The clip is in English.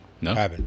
No